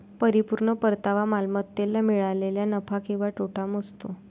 परिपूर्ण परतावा मालमत्तेला मिळालेला नफा किंवा तोटा मोजतो